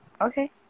Okay